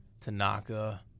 Tanaka